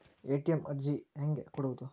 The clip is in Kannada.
ಎ.ಟಿ.ಎಂ ಅರ್ಜಿ ಹೆಂಗೆ ಕೊಡುವುದು?